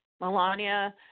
Melania